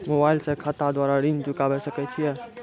Mobile से खाता द्वारा ऋण चुकाबै सकय छियै?